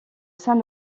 saint